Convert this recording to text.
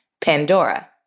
Pandora